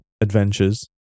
adventures